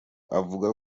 avuga